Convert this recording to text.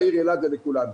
לעיר אילת ולכולנו.